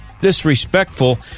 disrespectful